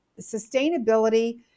sustainability